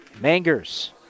Mangers